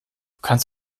kannst